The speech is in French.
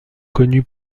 connu